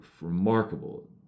remarkable